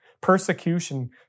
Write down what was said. persecution